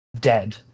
Dead